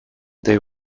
they